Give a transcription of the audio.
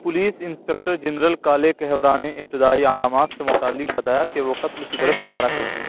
police inspector general کالے کیہورا نے ابتدائی علامات سے متعلق بتایا کہ وہ قتل کی طرف اشارہ کرتی ہیں